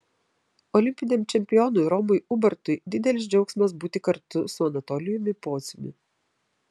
olimpiniam čempionui romui ubartui didelis džiaugsmas būti kartu su anatolijumi pociumi